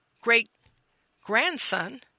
great-grandson